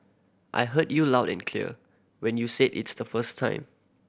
I heard you loud and clear when you said its the first time